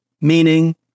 meaning